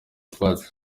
utwatsi